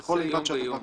כל אימת שהדבר נדרש.